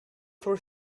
both